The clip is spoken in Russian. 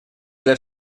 для